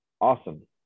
awesome